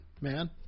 man